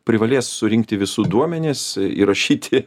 privalės surinkti visų duomenis įrašyti